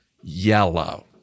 yellow